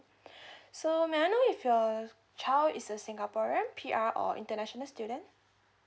so may I know if your child is a singaporean P_R or international student